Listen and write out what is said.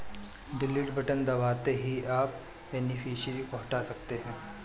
delete button दबाते ही आप बेनिफिशियरी को हटा सकते है